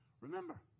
remember